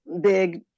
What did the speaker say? big